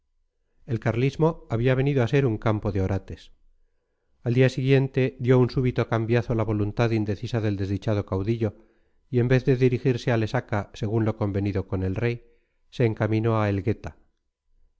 el carlismo había venido a ser un campo de orates al día siguiente dio un súbito cambiazo la voluntad indecisa del desdichado caudillo y en vez de dirigirse a lesaca según lo convenido con el rey se encaminó a elgueta